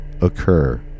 occur